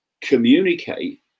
communicate